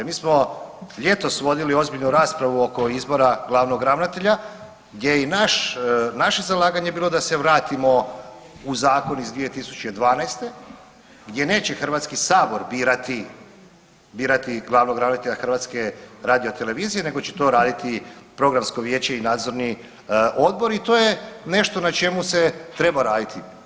Mi smo ljetos vodili ozbiljnu raspravu oko izbora glavnog ravnatelja gdje i naš, naše zalaganje bilo da se vratimo u zakon iz 2012. gdje neće HS birati glavnog ravnatelja HRT-a nego će to raditi Programsko vijeće i Nadzorni odbor i to je nešto na čemu se treba raditi.